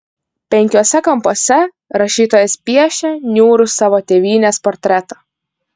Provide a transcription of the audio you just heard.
penkiuose kampuose rašytojas piešia niūrų savo tėvynės portretą